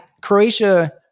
Croatia